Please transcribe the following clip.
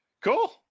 cool